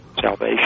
salvation